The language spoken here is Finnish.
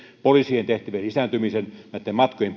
poliisien tehtävien lisääntymisen näitten matkojen